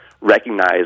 recognize